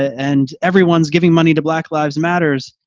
and everyone's giving money to black lives matters.